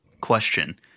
question